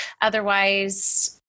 otherwise